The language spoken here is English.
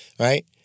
Right